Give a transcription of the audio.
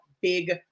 big